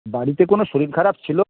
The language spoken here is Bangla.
বাড়িতে কোনো শরীর খারাপ ছিলো